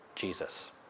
Jesus